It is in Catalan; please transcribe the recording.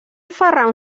ferran